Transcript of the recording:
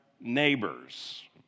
neighbor's